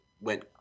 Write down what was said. Went